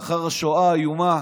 לאחר השואה האיומה